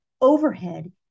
overhead